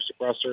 suppressor